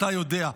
אתה יודע,